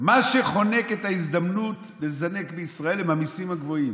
מה שחונק את ההזדמנות לזנק בישראל הוא המיסים הגבוהים.